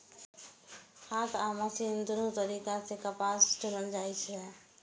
हाथ आ मशीन दुनू तरीका सं कपास कें चुनल जाइ छै